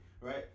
right